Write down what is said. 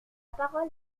parole